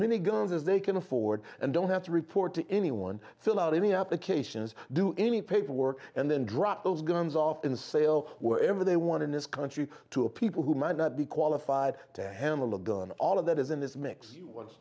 many guns as they can afford and don't have to report to anyone fill out any applications do any paperwork and then drop those guns off in sale where ever they want in this country to a people who might not be qualified to handle a gun all of that is in this mix was